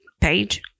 page